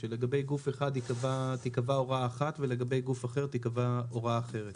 שלגבי גוף אחד תיקבע הוראה אחת ולגבי גוף שני תיקבע הוראה אחרת.